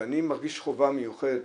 אני מרגיש חובה מיוחדת,